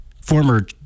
former